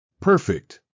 Perfect